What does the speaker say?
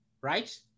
right